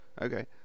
Okay